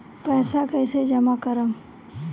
पैसा कईसे जामा करम?